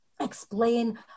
explain